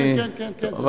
כן, כן, הכול.